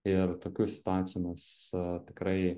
ir tokių situacijų mes tikrai